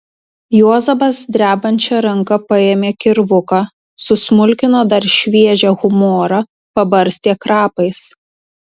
juozapas drebančia ranka paėmė kirvuką susmulkino dar šviežią humorą pabarstė krapais